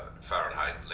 Fahrenheit